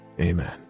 amen